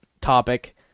topic